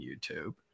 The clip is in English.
YouTube